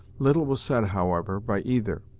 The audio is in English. little was said, however by either,